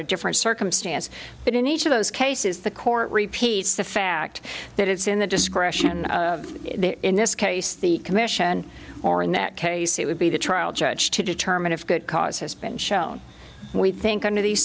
of different circumstance but in each of those cases the court repeats the fact that it's in the discretion in this case the commission or in that case it would be the trial judge to determine if good cause has been shown we think under the